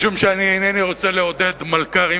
משום שאני אינני רוצה לעודד מלכ"רים